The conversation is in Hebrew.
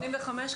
התופעה